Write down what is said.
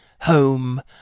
home